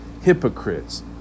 Hypocrites